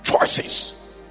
Choices